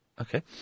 Okay